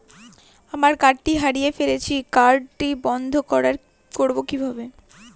আমার কার্ডটি হারিয়ে ফেলেছি কার্ডটি বন্ধ করব কিভাবে?